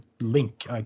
link